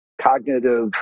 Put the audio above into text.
cognitive